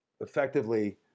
effectively